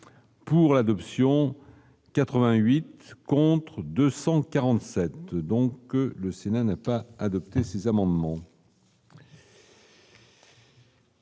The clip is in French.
pour l'adoption 88 contre 247 donc, que le Sénat n'a pas adopter ces amendements.